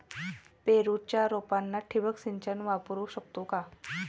पेरूच्या रोपांना ठिबक सिंचन वापरू शकतो का?